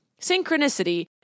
Synchronicity